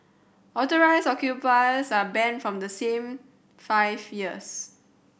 Authorised occupiers are banned from the same five years